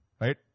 Right